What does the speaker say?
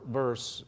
verse